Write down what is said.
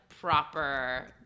proper